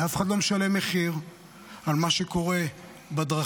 ואף אחד לא משלם מחיר על מה שקורה בדרכים.